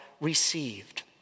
received